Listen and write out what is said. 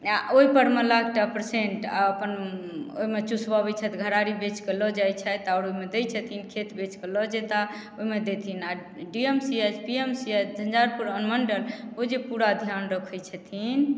आ ओहि परमे लाख टा पेशेन्ट आ अपन चूसबबे छथि घरारी बेचके लऽ जाइ छथि आओर ओहिमे दै छथिन खेत बेचके लऽ जेताह ओहिमे देथिन आ D M C H P M C H Jhanjharpur अनुमण्डल ओ जे पूरा ध्यान रखे छथिन